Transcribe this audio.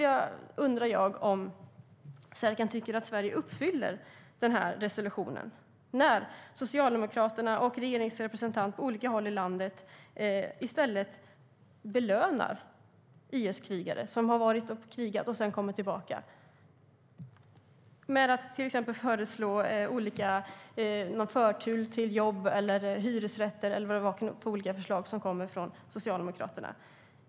Jag undrar om Serkan tycker att Sverige uppfyller den här resolutionen när Socialdemokraterna och regeringens representanter på olika håll i landet i stället belönar IS-krigare som har varit och krigat och sedan kommer tillbaka genom att till exempel föreslå förtur till jobb, hyresrätter eller vad det är för olika förslag som kommer från Socialdemokraterna.